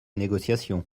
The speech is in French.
négociations